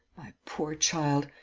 poor child.